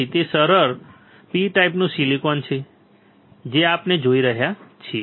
તેથી તે સરળ P ટાઈપનું સિલિકોન છે જે આપણે જોઈ રહ્યા છીએ